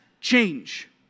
change